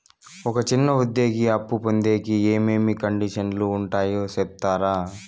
ఒక చిన్న ఉద్యోగి అప్పు పొందేకి ఏమేమి కండిషన్లు ఉంటాయో సెప్తారా?